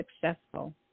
successful